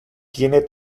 tiene